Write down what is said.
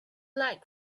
like